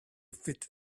fit